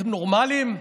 אתם נורמליים?